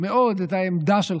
מאוד את העמדה שלך,